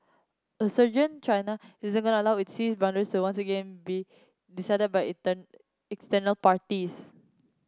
a surgeon China isn't going to allow its sea boundaries to once again be decided by external parties